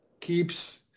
keeps